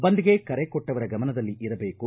ಬಂದ್ಗೆ ಕರೆ ಕೊಟ್ಟವರ ಗಮನದಲ್ಲಿ ಇರಬೇಕು